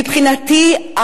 מבחינתי,